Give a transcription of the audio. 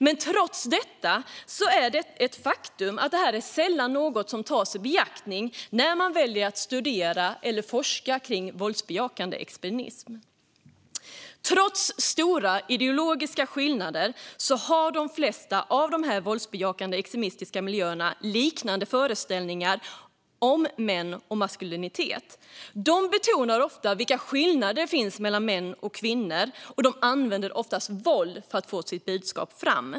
Men trots det tas detta faktum sällan i beaktande när man studerar eller forskar kring våldsbejakande extremism. Trots stora ideologiska skillnader råder inom de flesta av de våldsbejakande extremistiska miljöerna liknande föreställningar om män och maskulinitet. Ofta betonas vilka skillnader som finns mellan män och kvinnor, och man använder ofta våld för att få fram sitt budskap.